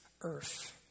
earth